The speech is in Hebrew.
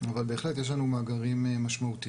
אבל בהחלט יש לנו מאגרים משמעותיים.